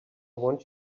want